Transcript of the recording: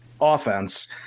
offense